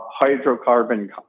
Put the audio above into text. hydrocarbon